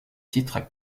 titres